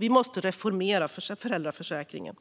Vi måste reformera föräldraförsäkringen.